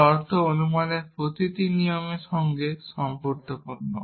যার অর্থ অনুমানের প্রতিটি নিয়মের সাথে সঙ্গতিপূর্ণ